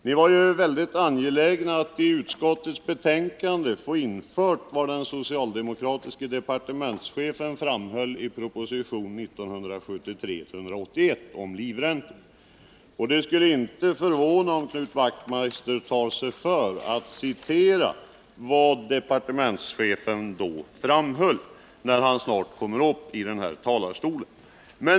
Vi var mycket angelägna att i utskottets betänkande få infört vad den socialdemokratiske departementschefen framhöll i propositionen 1973:181 om livräntor, och det skulle inte förvåna mig om Knut Wachtmeister tar sig före att citera departementschefen.